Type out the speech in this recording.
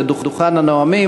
לדוכן הנואמים,